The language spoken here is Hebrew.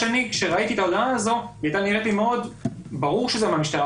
כשראיתי את ההודעה הזו היא הייתה נראית לי מאוד ברור שזה מהמשטרה,